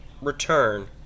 return